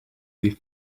these